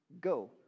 Go